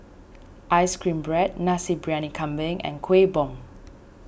Ice Cream Bread Nasi Briyani Kambing and Kuih Bom